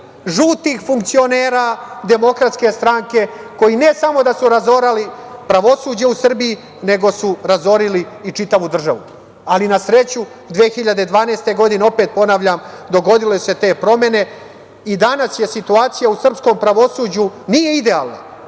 žutih funkcionera Demokratske stranke koji ne samo da su razorili pravosuđe u Srbiji, nego su razorili i čitavu državu. Ali, na sreću, 2012. godine, opet ponavljam, dogodile se te promene i danas situacija u srpskom pravosuđu nije idealna,